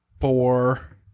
four